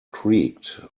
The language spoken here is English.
creaked